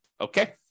Okay